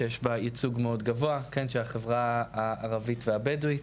יש בה ייצוג מאוד גבוה של החברה הערבית והבדואית.